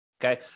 Okay